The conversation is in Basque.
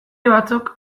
batzuk